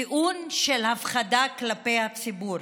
טיעון של הפחדה כלפי הציבור.